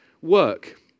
work